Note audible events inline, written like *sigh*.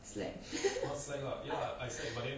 slack *laughs*